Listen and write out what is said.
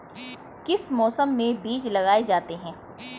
किस मौसम में बीज लगाए जाते हैं?